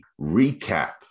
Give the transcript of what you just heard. recap